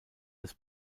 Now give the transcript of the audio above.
des